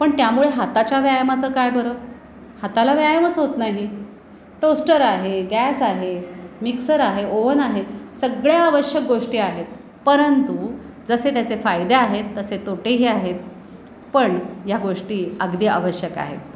पण त्यामुळे हाताच्या व्यायामाचं काय बरं हाताला व्यायामच होत नाही टोस्टर आहे गॅस आहे मिक्सर आहे ओवन आहे सगळ्या आवश्यक गोष्टी आहेत परंतु जसे त्याचे फायदे आहेत तसे तोटेही आहेत पण या गोष्टी अगदी आवश्यक आहेत